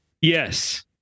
Yes